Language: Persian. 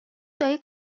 دایی